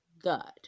God